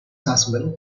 husband